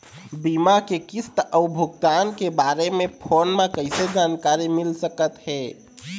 बीमा के किस्त अऊ भुगतान के बारे मे फोन म कइसे जानकारी मिल सकत हे?